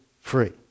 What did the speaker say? free